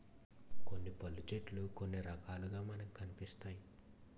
కొన్ని పళ్ళు చెట్లు కొన్ని రకాలుగా మనకి కనిపిస్తాయి